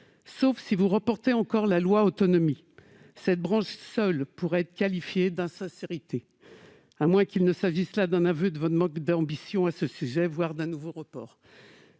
Sauf si vous reportez encore le projet de loi Autonomie, cette branche seule pourrait être qualifiée d'« insincère », à moins qu'il ne s'agisse là d'un aveu de votre manque d'ambition à ce sujet, voire d'un nouveau report.